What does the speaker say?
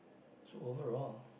so overall